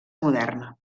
moderna